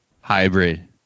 hybrid